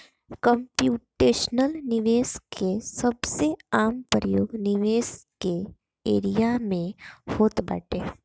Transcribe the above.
computational निवेश के सबसे आम प्रयोग निवेश के एरिया में होत बाटे